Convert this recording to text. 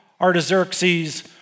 Artaxerxes